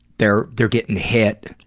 they're they're gettin' hit,